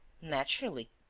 naturally.